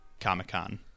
Comic-Con